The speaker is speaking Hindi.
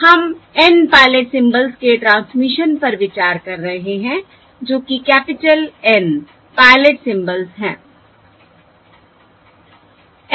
हम N पायलट सिंबल्स के ट्रांसमिशन पर विचार कर रहे हैं जो कि कैपिटल N पायलट सिंबल्स है